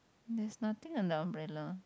there's nothing an umbrella